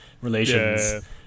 relations